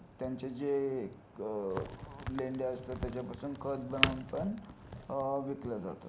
त्यांचे जे क लेंड्या असतात त्याच्यापासून खत बनवून पण विकलं जातं